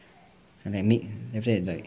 and like make